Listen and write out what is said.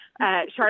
Charlotte